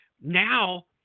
Now